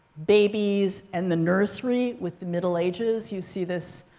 babies, and the nursery with the middle ages. you see this